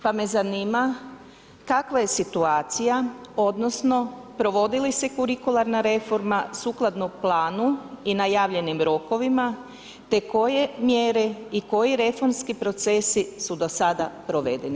Pa me zanima kakva je situacija odnosno provodi li se kurikularna reforma sukladno planu i najavljenim rokovima te koje mjere i koji reformski procesi su do sada provedeni.